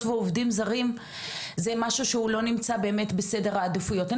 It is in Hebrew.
ועובדים זרים זה משהוא שהוא לא נמצא באמת בסדר העדיפויות שלכן.